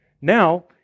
Now